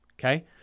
Okay